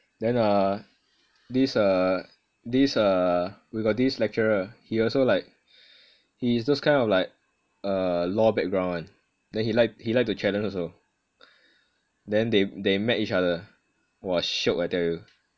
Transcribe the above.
then uh this uh this uh we got this lecturer he also like he is those kind of like uh law background [one] then he like he like to challenge also then they met each other !wah! shiok I tell you